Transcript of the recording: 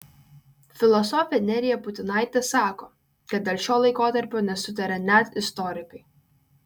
filosofė nerija putinaitė sako kad dėl šio laikotarpio nesutaria net istorikai